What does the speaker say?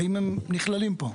האם הם נכללים פה?